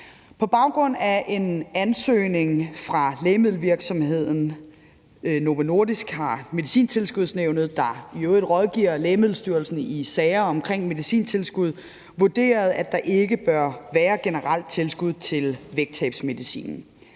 På baggrund af en ansøgning fra lægemiddelvirksomheden Novo Nordisk har Medicintilskudsnævnet, der i øvrigt rådgiver Lægemiddelstyrelsen i sager om medicintilskud, vurderet, at der ikke bør være generelt tilskud til vægttabsmedicinen.